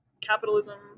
capitalism